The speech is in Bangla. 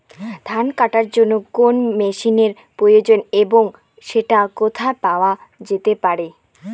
ধান কাটার জন্য কোন মেশিনের প্রয়োজন এবং সেটি কোথায় পাওয়া যেতে পারে?